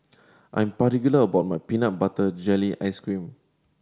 I am particular about my peanut butter jelly ice cream